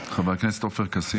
חבר הכנסת עופר כסיף,